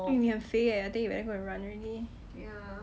eh 你很肥诶 I think you better go and run already